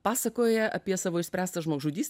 pasakoja apie savo išspręstas žmogžudystes